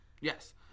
Yes